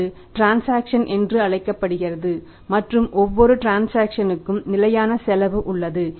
அது டிரன்சாக்சன் க்கும் நிலையான செலவு உள்ளது